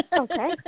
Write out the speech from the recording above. Okay